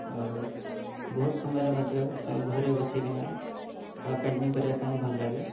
ଆଉ ବହୁତ ସମୟରେ ମଧ୍ୟ ଘରେ ବସିକିନା ପେଣ୍ଟିଙ୍ଗ୍ କରିବା ପାଇଁ ଭଲ ଲାଗେ